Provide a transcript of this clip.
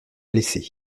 blessé